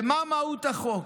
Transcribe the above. מה מהות החוק?